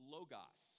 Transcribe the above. Logos